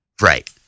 Right